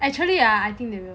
actually ah I think they will